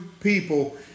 people